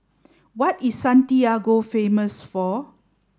what is Santiago famous for